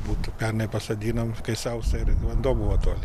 būtų pernai pasodinom kai sausa ir ir vanduo buvo toli